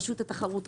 רשות התחרות,